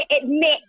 admit